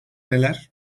neler